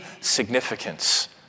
significance